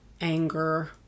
anger